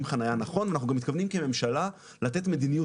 חנייה נכון אנחנו גם מתכוונים כממשלה לתת מדיניות